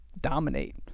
Dominate